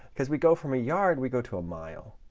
because we go from a yard, we go to a mile.